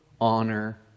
honor